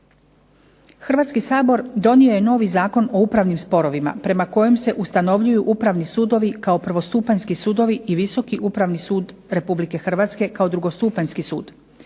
Hrvatski sabor donio je novi Zakon o upravnim sporovima prema kojem se ustanovljuju upravni sudovi kao prvostupanjski sudovi i Visoki upravni sud Republike Hrvatske kao drugostupanjski sud.